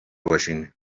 باشین